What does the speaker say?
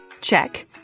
Check